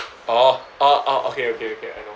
orh orh orh okay okay okay I know